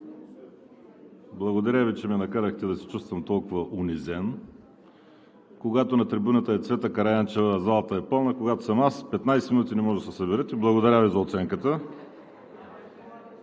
Благодаря Ви, че ме накарахте да се чувствам толкова унизен. Когато на трибуната е Цвета Караянчева – залата е пълна, когато съм аз – 15 минути не може да се съберете. Благодаря Ви за оценката!